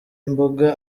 imboga